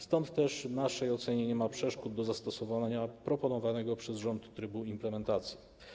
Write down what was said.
Stąd też w naszej ocenie nie ma przeszkód do zastosowania proponowanego przez rząd trybu implementacji.